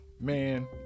man